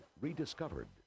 rediscovered